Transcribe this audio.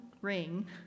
ring